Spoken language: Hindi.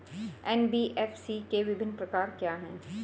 एन.बी.एफ.सी के विभिन्न प्रकार क्या हैं?